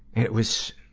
it was,